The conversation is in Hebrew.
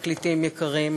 פרקליטים יקרים,